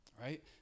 Right